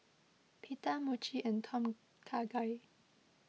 Pita Mochi and Tom Kha Gai